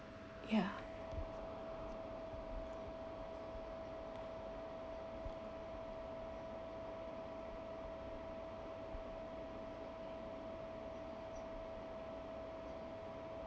ya